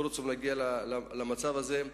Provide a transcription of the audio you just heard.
אנחנו לא רוצים להגיע למצב הזה.